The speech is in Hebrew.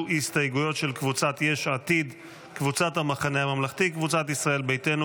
הסתייגויות של הקבוצות האלה: קבוצת סיעת יש עתיד,